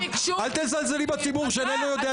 אל תזלזלי בציבור שאיננו יודע את כללי המשחק.